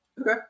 Okay